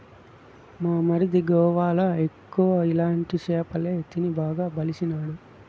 మా మరిది గోవాల ఎక్కువ ఇలాంటి సేపలే తిని బాగా బలిసినాడు